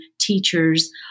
teachers